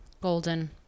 Golden